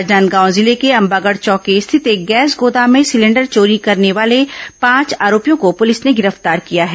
राजनांदगांव जिले के अंबागढ़ चौकी स्थित एक गैस गोदाम में सिलेंडर चोरी करने वाले पांच आरोपियों को पुलिस ने गिरफ्तार किया है